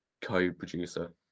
co-producer